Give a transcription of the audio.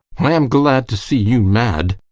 i am glad to see you mad.